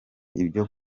ibyo